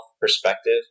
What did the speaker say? perspective